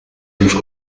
już